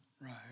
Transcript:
Right